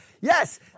yes